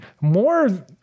more